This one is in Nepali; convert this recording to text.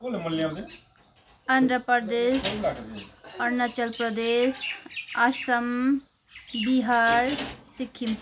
आन्ध्र प्रदेश अरुणाचल प्रदेश असम बिहार सिक्किम